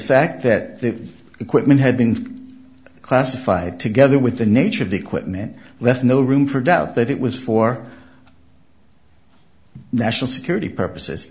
fact that the equipment had been classified together with the nature of the equipment left no room for doubt that it was for national security purposes